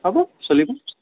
হ'ব চলিব